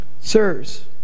sirs